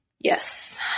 Yes